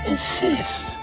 Insist